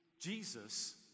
Jesus